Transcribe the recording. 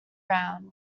round